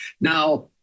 Now